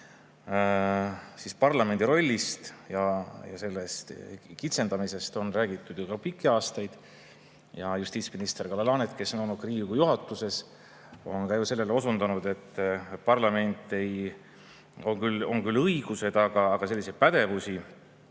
Parlamendi rollist ja sellest kitsendamisest on räägitud pikki aastaid. Justiitsminister Kalle Laanet, kes on olnud ka Riigikogu juhatuses, on samuti sellele osundanud, et parlamendil on küll õigused, aga ei ole pädevust